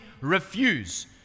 refuse